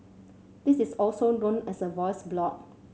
this is also known as a voice blog